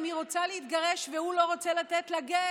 אם היא רוצה להתגרש והוא לא רוצה לתת לה גט,